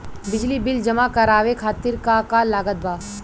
बिजली बिल जमा करावे खातिर का का लागत बा?